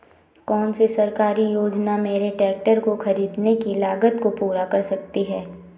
कौन सी सरकारी योजना मेरे ट्रैक्टर को ख़रीदने की लागत को पूरा कर सकती है?